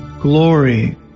glory